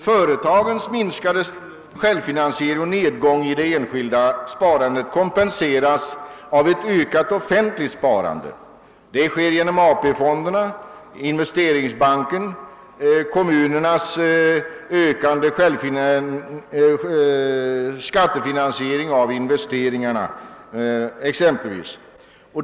Företagens minskade självfinansiering och nedgången i det enskilda sparandet kompenseras av ett ökat offentligt sparande, exempelvis genom AP-fonderna, genom Investeringsbanken och genom kommunernas ökande skattefinansiering av sina investeringar.